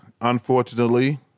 unfortunately